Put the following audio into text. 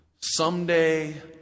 someday